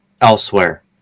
elsewhere